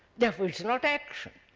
therefore it is not action